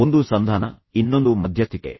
ಒಂದು ಸಂಧಾನ ಇನ್ನೊಂದು ಮಧ್ಯಸ್ಥಿಕೆ